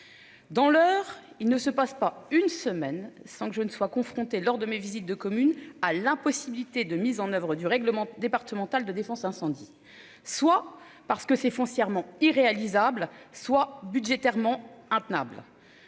Dans l'heure, il ne se passe pas une semaine sans que je ne sois confrontée lors de mes visites de communes à l'impossibilité de mise en oeuvre du règlement départemental de défense incendie soit parce que c'est foncièrement irréalisable soit budgétairement intenable.